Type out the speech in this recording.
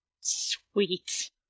Sweet